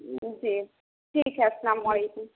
جی ٹھیک ہے السلام علیکم